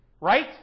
right